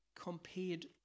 compared